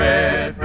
Red